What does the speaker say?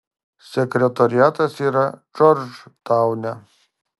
sekretoriatas yra džordžtaune